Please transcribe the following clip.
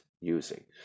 using